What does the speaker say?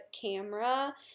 camera